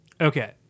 Okay